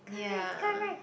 ya